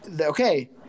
Okay